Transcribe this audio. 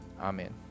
Amen